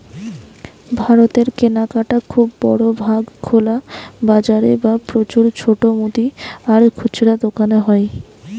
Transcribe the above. ভারতের কেনাকাটা খুব বড় ভাগ খোলা বাজারে বা প্রচুর ছোট মুদি আর খুচরা দোকানে হয়